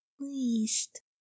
least